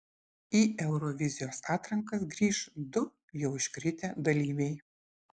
į eurovizijos atrankas grįš du jau iškritę dalyviai